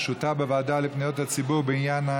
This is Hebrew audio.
בוועדה לפניות הציבור בעניין,